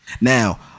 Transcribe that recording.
Now